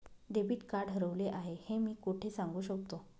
Debit card हरवले आहे हे मी कोठे सांगू शकतो?